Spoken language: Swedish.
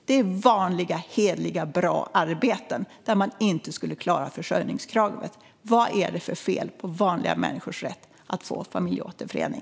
Det är vanliga, hederliga, bra arbeten som man inte skulle klara försörjningskravet på. Vad är det för fel på vanliga människors rätt att få familjeåterförening?